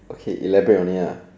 okay elaborate on it ah